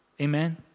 Amen